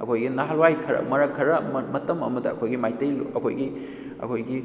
ꯑꯩꯈꯣꯏꯒꯤ ꯅꯍꯥꯟꯋꯥꯏ ꯈꯔ ꯃꯔꯛ ꯈꯔ ꯃꯇꯝ ꯑꯃꯗ ꯑꯩꯈꯣꯏꯒꯤ ꯃꯩꯇꯩ ꯑꯩꯈꯣꯏꯒꯤ ꯑꯩꯈꯣꯏꯒꯤ